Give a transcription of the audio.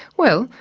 well,